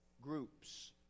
groups